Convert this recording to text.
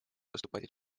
поступать